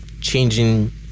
changing